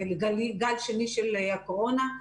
לגל שני של הקורונה.